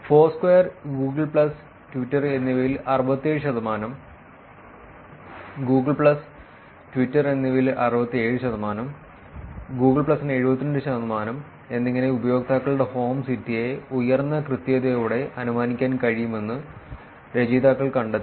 Foursquare Google Plus Twitter എന്നിവയിൽ 67 ശതമാനം Google Plus Twitter എന്നിവയിൽ 67 ശതമാനം ഗൂഗിൾ പ്ലസിന് 72 ശതമാനം എന്നിങ്ങനെ ഉപയോക്താക്കളുടെ ഹോം സിറ്റിയെ ഉയർന്ന കൃത്യതയോടെ അനുമാനിക്കാൻ കഴിയുമെന്ന് രചയിതാക്കൾ കണ്ടെത്തി